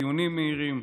דיונים מהירים,